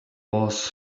was